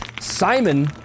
Simon